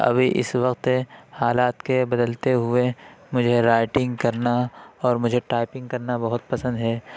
ابھی اس وقت حالات کے بدلتے ہوئے مجھے رائٹنگ کرنا اور مجھے ٹائپنگ کرنا بہت پسند ہے